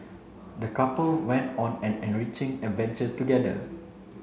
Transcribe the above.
the couple went on an enriching adventure together